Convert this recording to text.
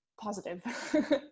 positive